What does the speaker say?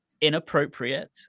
inappropriate